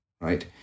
Right